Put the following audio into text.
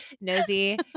nosy